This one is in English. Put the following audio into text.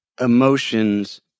emotions